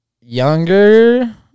younger